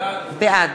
בעד